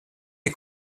est